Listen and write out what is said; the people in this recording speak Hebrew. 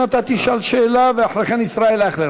ואחרי כן אתה תשאל שאלה, ואחרי כן ישראל אייכלר.